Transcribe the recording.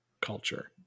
culture